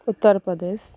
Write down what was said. Uttar Pradesh